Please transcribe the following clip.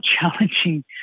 challenging